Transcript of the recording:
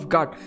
God